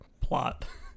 Plot